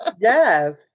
Yes